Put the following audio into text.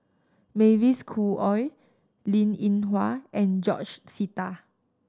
Mavis Khoo Oei Linn In Hua and George Sita